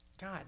God